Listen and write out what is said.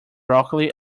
broccoli